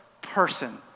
person